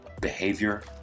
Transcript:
behavior